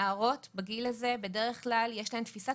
נערות בגיל הזה בדרך כלל יש להן תפיסת